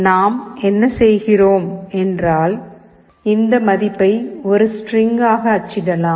நாம் என்ன செய்கிறோம் என்றால் இந்த மதிப்பை ஒரு ஸ்ட்ரிங் ஆக அச்சிடலாம்